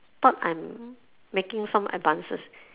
thought I'm making some advances